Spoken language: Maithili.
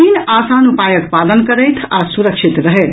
तीन आसान उपायक पालन करथि आ सुरक्षित रहथि